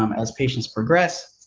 um as patients progress.